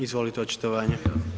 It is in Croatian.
Izvolite, očitovanje.